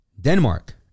Denmark